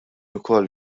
ukoll